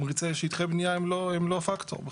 שטחי בנייה הם לא פקטור בכלל.